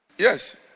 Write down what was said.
Yes